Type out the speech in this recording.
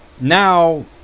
Now